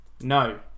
no